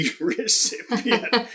recipient